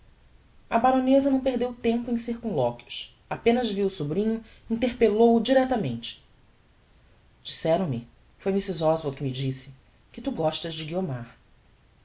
a baroneza não perdeu tempo em circunloquios apenas viu o sobrinho interpellou o directamente disseram-me foi mrs oswald quem me disse que tu gostas de guiomar